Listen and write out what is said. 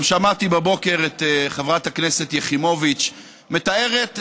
גם שמעתי בבוקר את חברת הכנסת יחימוביץ מתארת,